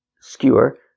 skewer